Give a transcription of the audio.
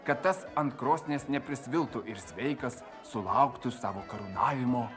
kad tas ant krosnies neprisviltų ir sveikas sulauktų savo karūnavimo